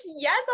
yes